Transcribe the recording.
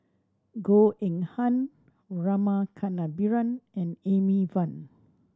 Goh Eng Han Rama Kannabiran and Amy Van